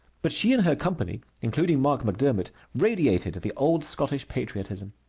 but she and her company, including marc macdermott, radiated the old scotch patriotism.